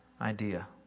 idea